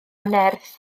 nerth